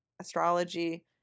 astrology